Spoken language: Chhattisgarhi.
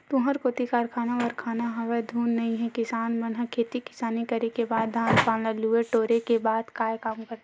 तुँहर कोती कारखाना वरखाना हवय धुन नइ हे किसान मन ह खेती किसानी करे के बाद धान पान ल लुए टोरे के बाद काय काम करथे?